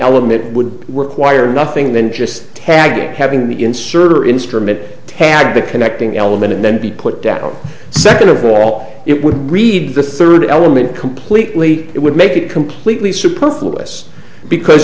element would require nothing than just tagging having the insert or instrument tag the connecting element and then be put down second of all it would read the third element completely it would make it completely